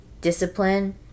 Discipline